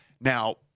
Now